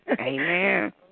Amen